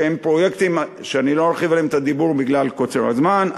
שהם פרויקטים שאני לא ארחיב עליהם את הדיבור בגלל קוצר הזמן,